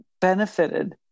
benefited